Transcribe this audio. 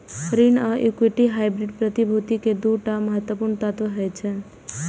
ऋण आ equity hybrid प्रतिभूति के दू टा महत्वपूर्ण तत्व होइ छै